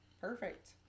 Perfect